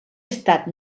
estat